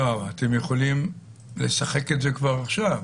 אתם יכולים לשחק את זה כבר עכשיו.